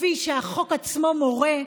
כפי שהחוק עצמו מורה,